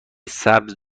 سبز